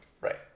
right